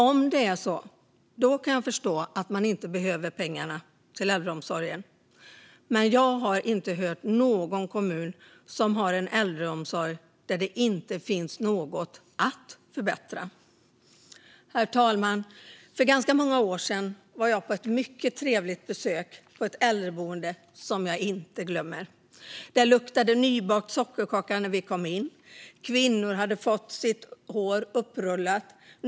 Om det är så kan jag förstå att man inte behöver pengarna till äldreomsorgen. Men jag har inte hört om någon kommun som har en äldreomsorg där det inte finns något att förbättra. Herr talman! För ganska många år sedan var jag på ett mycket trevligt besök på ett äldreboende som jag inte glömmer. Det luktade nybakt sockerkaka när vi kom in. Kvinnor hade fått håret upprullat.